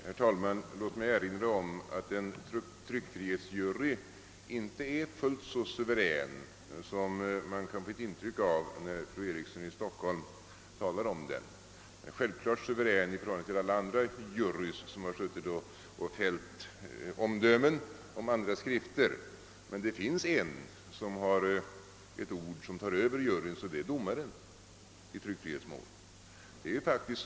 Herr talman! Låt mig erinra om att en tryckfrihetsjury inte är fullt så suverän som man kunde få ett intryck av när man lyssnade till fru Eriksson i Stockholm. Självfallet är en jury suverän i förhållande till alla andra juryer som har fällt omdömen om andra skrifter, men det finns en, vars ord tar över juryns i tryckfrihetsmål, och det är domaren.